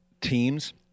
teams